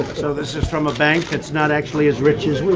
so this is from a bank that's not actually as rich as